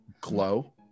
glow